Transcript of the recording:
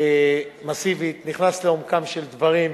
מסיבית, נכנס לעומקם של דברים,